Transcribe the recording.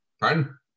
pardon